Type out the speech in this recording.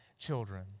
children